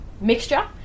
mixture